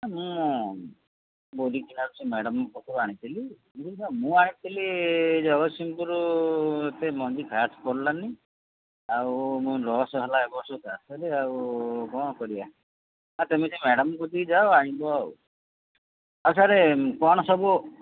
ମୁଁ ବୋରିଖିଆରୁ ସେ ମ୍ୟାଡ଼ାମ୍ଙ୍କ ପାଖରୁ ଆଣିଥିଲି ମୁଁ ଆଣିଥିଲି ଜଗତସିଂହପୁରରୁ ସେ ମଞ୍ଜି ଖାସ ପଡ଼ିଲାନି ଆଉ ମୁଁ ଲସ୍ ହେଲା ଏ ବର୍ଷ ଚାଷରେ ଆଉ କଣ କରିବା ଆଉ ତମେ ସେ ମ୍ୟାଡ଼ାମ୍ କତିକି ଯାଅ ଆଣିବ ଆଉ ଆଉ ସାର୍ କଣ ସବୁ